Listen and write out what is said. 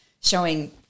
showing